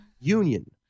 union